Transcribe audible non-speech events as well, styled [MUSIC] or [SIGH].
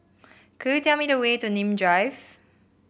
[NOISE] could you tell me the way to Nim Drive